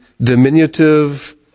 diminutive